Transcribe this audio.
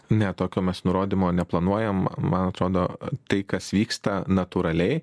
ne tokio mes nurodymo neplanuojam man atrodo tai kas vyksta natūraliai